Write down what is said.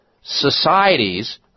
societies